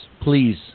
please